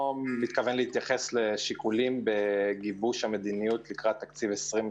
מתכוון להתייחס לשיקולים בגיבוש המדיניות לקראת תקציב 2021,